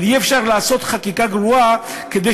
אבל אי-אפשר לעשות חקיקה גרועה כדי